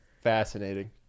Fascinating